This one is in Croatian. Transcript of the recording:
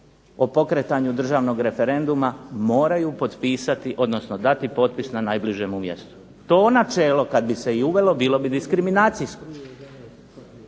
o pokretanju državnog referenduma moraju potpisati, odnosno dati potpis na najbližemu mjestu. To načelo kad bi se i uvelo bilo bi diskriminacijsko.